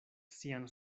sian